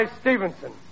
Stevenson